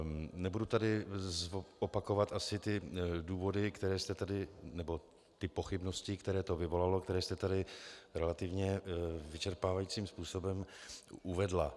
Nebudu tady opakovat asi ty důvody nebo ty pochybnosti, které to vyvolalo, které jste tady relativně vyčerpávajícím způsobem uvedla.